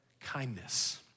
kindness